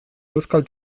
euskal